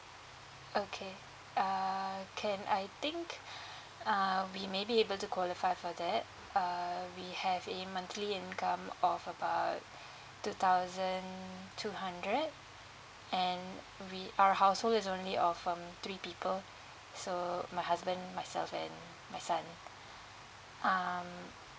okay err can I think uh we maybe able to qualify for that err we have a monthly income of about two thousand two hundred and we our household is only of um three people so my husband myself and my son um